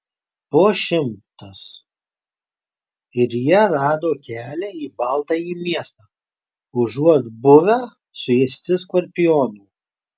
po šimtas ir jie rado kelią į baltąjį miestą užuot buvę suėsti skorpionų